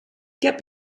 get